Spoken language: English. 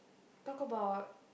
talk about